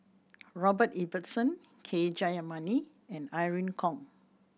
Robert Ibbetson K Jayamani and Irene Khong